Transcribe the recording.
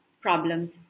problems